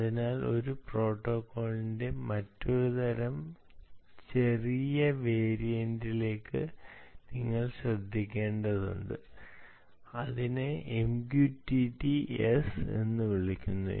അതിനാൽ ഒരേ പ്രോട്ടോക്കോളിന്റെ മറ്റൊരു തരം ചെറിയ വേരിയന്റിലേക്ക് നിങ്ങൾ ശ്രദ്ധിക്കേണ്ടതുണ്ട് അതിനെ MQTT S എന്ന് വിളിക്കുന്നു